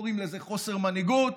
קוראים לזה חוסר מנהיגות,